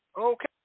Okay